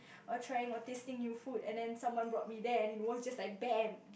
or trying or tasting new food and then someone brought me there it was just like bam